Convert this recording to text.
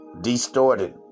distorted